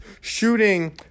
shooting